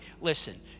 listen